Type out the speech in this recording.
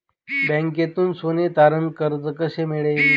बँकेतून सोने तारण कर्ज कसे मिळेल?